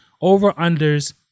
over-unders